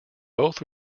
both